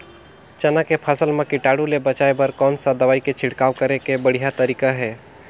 चाना के फसल मा कीटाणु ले बचाय बर कोन सा दवाई के छिड़काव करे के बढ़िया तरीका हे?